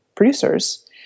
producers